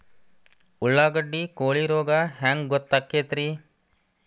ಉಳ್ಳಾಗಡ್ಡಿ ಕೋಳಿ ರೋಗ ಹ್ಯಾಂಗ್ ಗೊತ್ತಕ್ಕೆತ್ರೇ?